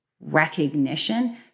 recognition